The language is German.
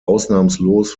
ausnahmslos